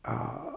ah